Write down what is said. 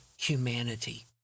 humanity